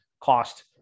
cost